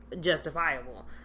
Justifiable